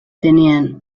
tenien